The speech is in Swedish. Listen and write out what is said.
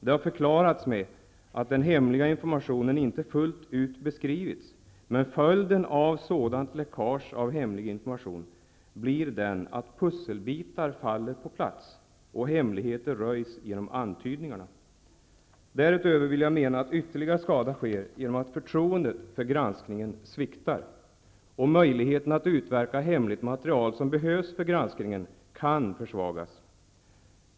Det har förklarats med att den hemliga informationen inte fullt ut beskrivits, men följderna av sådant läckage av hemlig information blir den att pusselbitar faller på plats och hemligheter röjs genom antydningarna. Därutöver vill jag mena att ytterligare skada sker genom att förtroendet för granskningen sviktar, och möjligheten att utverka hemligt material som behövs för granskningen kan försvagas.